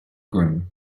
groom